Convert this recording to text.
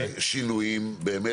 וגם אולי שינויים באמת?